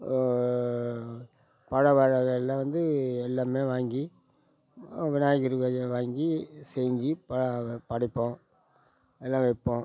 பழ வகை எல்லாம் வந்து எல்லாமே வாங்கி விநாயகருக்கு வாங்கி செஞ்சு ப படைப்போம் எல்லாம் வைப்போம்